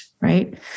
right